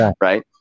Right